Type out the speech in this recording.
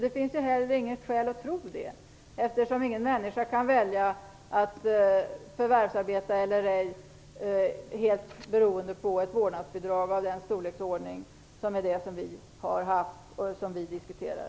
Det finns inte heller något skäl att tro det, eftersom ingen människa kan välja mellan att förvärvsarbeta eller ej bara utifrån ett vårdnadsbidrag i den storleksordning som vi nu diskuterar.